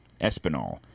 Espinal